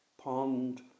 pond